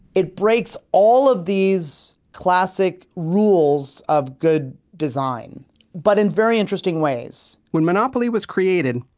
it breaks all of these classic rules of good design but in very interesting ways. when monopoly was created,